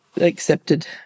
accepted